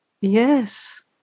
Yes